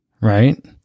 right